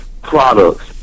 products